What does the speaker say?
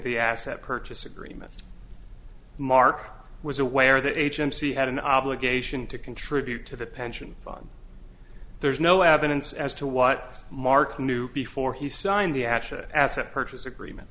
the asset purchase agreement mark was aware the agency had an obligation to contribute to the pension fund there's no evidence as to what mark knew before he signed the acha asset purchase agreement